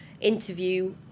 interview